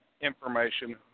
information